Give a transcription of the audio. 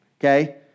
okay